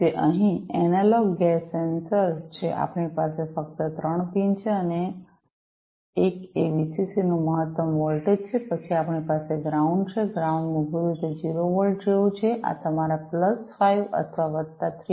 તે અહીં analog gas sensor છે આપણી પાસે ફક્ત ત્રણ પિન છે એક એ વીસીસી નું મહત્તમ વોલ્ટેજ છે પછી આપણી પાસે ગ્રાઉંડ છે ગ્રાઉન્ડ મૂળભૂત રીતે 0 વોલ્ટ જેવું છે આ તમારા પ્લસ 5 અથવા વત્તા 3